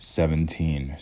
seventeen